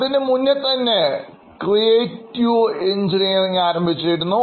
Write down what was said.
ഞാനിപ്പോൾ creative engineering പറ്റി ആണ് സംസാരിക്കുന്നത്